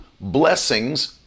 blessings